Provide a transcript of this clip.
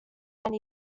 find